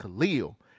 Khalil